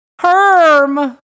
Herm